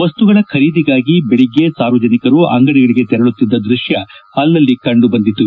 ವಸ್ತುಗಳ ಖರೀದಿಗಾಗಿ ಬೆಳಗ್ಗೆ ಸಾರ್ವಜನಿಕರು ಅಂಗಡಿಗಳಿಗೆ ತೆರಳುತ್ತಿದ್ದ ದೃಷ್ಟ ಅಲ್ಲಲ್ಲಿ ಕಂಡುಬಂತು